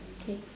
okay